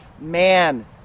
man